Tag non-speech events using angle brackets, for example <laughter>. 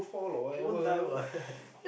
you won't die [what] <laughs>